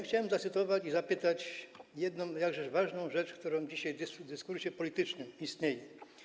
Chciałbym zacytować i zapytać o jedną jakże ważną rzecz, która dzisiaj w dyskursie politycznym istnieje.